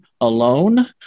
alone